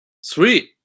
Sweet